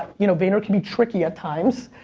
you know, vayner can be tricky at times.